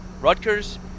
Rutgers